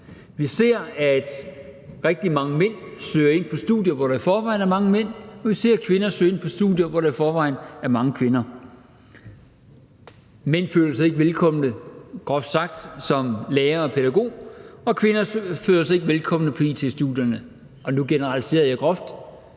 Vi ser, at rigtig mange mænd søger ind på studier, hvor der i forvejen er mange mænd, og vi ser, at kvinder søger ind på studier, hvor der i forvejen er mange kvinder. Mænd føler sig ikke velkomne, groft sagt, som lærer og pædagog, og kvinder føler sig ikke velkomne på it-studierne. Nu generaliserer jeg groft,